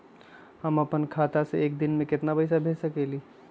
हम अपना खाता से एक दिन में केतना पैसा भेज सकेली?